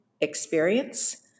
experience